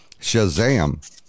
Shazam